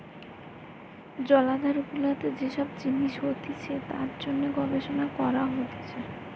জলাধার গুলাতে যে সব জিনিস হতিছে তার জন্যে গবেষণা করা হতিছে